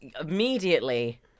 immediately